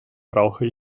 brauche